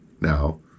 Now